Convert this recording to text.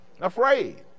Afraid